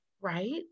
Right